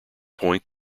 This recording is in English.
point